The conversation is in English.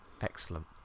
Excellent